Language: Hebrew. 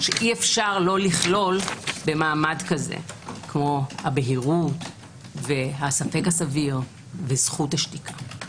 שאי אפשר לא לכלול במעמד כזה כמו הבהירות והספק הסביר וזכות השתיקה.